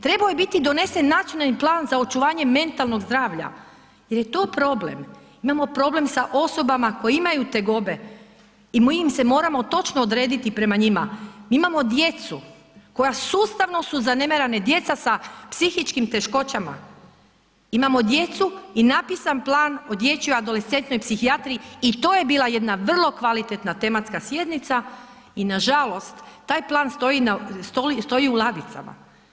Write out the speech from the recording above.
Trebao je biti donesen nacionalnim plan za očuvanjem mentalnog zdravlja jer je to problem, imamo problem sa osobama koje imaju tegobe i mi im se moramo točno odrediti prema njima, mi imamo djecu koja sustavno su zanemarena, djeca sa psihičkim teškoćama, imamo djecu i napisan plan o dječjoj i adolescentnoj psihijatriji, i ti je bila jedna vrlo kvalitetna tematska sjednica i nažalost, taj plan stoji u ladicama.